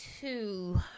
two